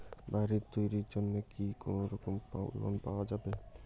বাড়ি তৈরির জন্যে কি কোনোরকম লোন পাওয়া যাবে?